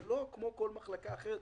זה לא כמו כל מחלקה אחרת.